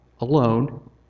alone